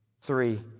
Three